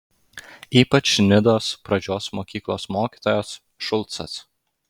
ypač nidos pradžios mokyklos mokytojas šulcas